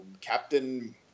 Captain